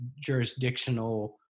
jurisdictional